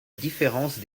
différence